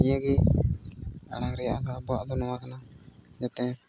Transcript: ᱱᱤᱭᱟᱹᱜᱮ ᱟᱲᱟᱝ ᱨᱮᱭᱟᱜ ᱟᱵᱚᱣᱟᱜ ᱫᱚ ᱱᱚᱣᱟ ᱠᱟᱱᱟ ᱡᱟᱛᱮ